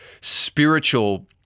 spiritual